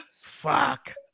Fuck